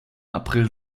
april